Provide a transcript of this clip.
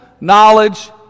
knowledge